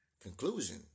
conclusion